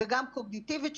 וגם קוגניטיבית,